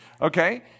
Okay